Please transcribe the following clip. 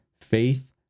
faith